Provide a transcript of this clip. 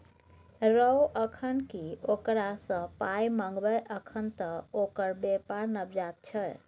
रौ अखन की ओकरा सँ पाय मंगबै अखन त ओकर बेपार नवजात छै